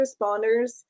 responders